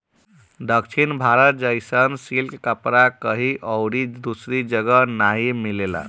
दक्षिण भारत जइसन सिल्क कपड़ा कहीं अउरी दूसरा जगही नाइ मिलेला